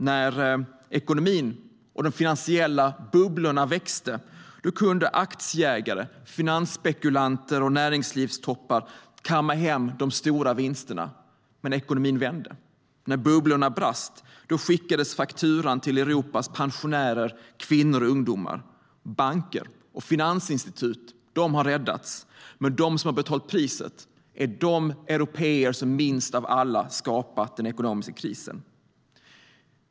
När ekonomin och de finansiella bubblorna växte kunde aktieägare, finansspekulanter och näringslivstoppar kamma hem de stora vinsterna. Men när ekonomin vände och bubblorna brast skickades fakturan till Europas pensionärer, kvinnor och ungdomar. Banker och finansinstitut har räddats, men de som har betalat priset är de européer som minst av alla skapat den ekonomiska krisen.